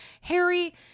Harry